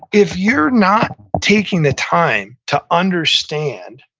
if you're not taking the time to understand,